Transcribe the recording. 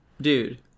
Dude